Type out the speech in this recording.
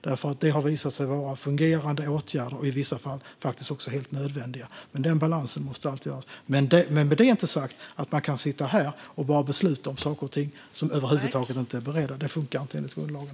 Det har nämligen visat sig vara fungerande åtgärder, och i vissa fall faktiskt helt nödvändiga. Men denna balans måste alltid finnas. Men med detta inte sagt att man kan sitta här och bara besluta om saker och ting som över huvud taget inte är beredda. Det funkar inte enligt grundlagen.